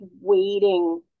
waiting